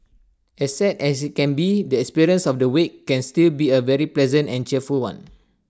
as sad as IT can be the experience of the wake can still be A very pleasant and cheerful one